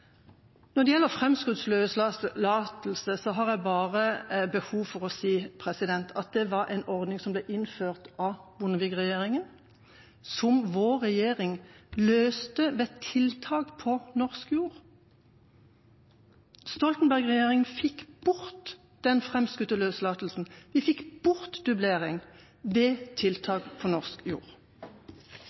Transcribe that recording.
Når det gjelder framskutt løslatelse, har jeg bare behov for å si at det var en ordning som ble innført av Bondevik-regjeringa, som vår regjering løste ved tiltak på norsk jord. Stoltenberg-regjeringa fikk bort den framskutte løslatelsen, de fikk bort dublering, ved tiltak på norsk jord.